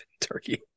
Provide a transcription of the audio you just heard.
turkey